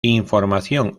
información